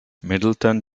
middleton